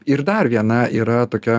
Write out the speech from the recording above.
ir dar viena yra tokia